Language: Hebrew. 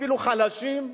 אפילו חלשים.